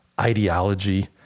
ideology